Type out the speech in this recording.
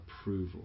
approval